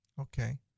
Okay